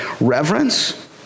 reverence